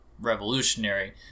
revolutionary